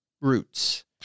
roots